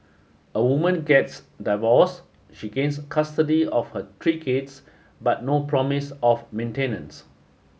a woman gets divorced she gains custody of her three kids but no promise of maintenance